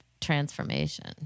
transformation